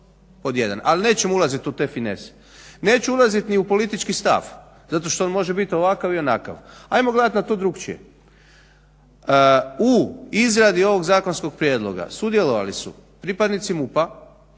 pod jedan. Ali nećemo u te finese. Neću ulaziti ni u politički stav, zašto što on može biti ovakav i onakav. Ajmo gledati na to drukčije. U izradi ovog zakonskog prijedloga sudjelovali su pripadnici MUP-a